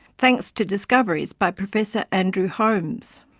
thanks to discoveries by professor andrew holmes.